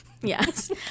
Yes